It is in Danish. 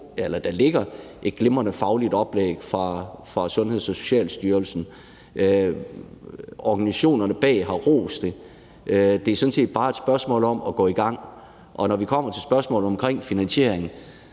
for der ligger et glimrende fagligt oplæg fra Sundhedsstyrelsen og Socialstyrelsen, og organisationerne bag har rost det, så det er sådan set bare et spørgsmål om at gå i gang. Og når vi kommer til spørgsmålet om finansieringen,